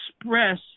express